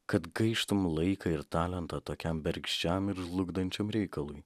kad gaištum laiką ir talentą tokiam bergždžiam ir žlugdančiam reikalui